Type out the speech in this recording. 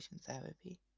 therapy